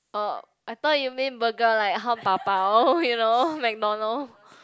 oh I thought you mean burger like 汉堡包 you know McDonald